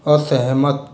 असहमत